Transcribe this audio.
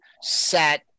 set